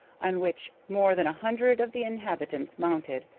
on which more than a hundred of the inhabitants mounted,